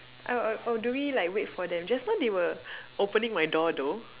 or or or do we like wait for them just now they were opening my door though